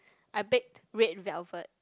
I baked red velvet